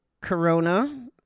corona